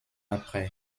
après